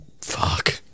fuck